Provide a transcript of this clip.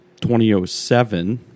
2007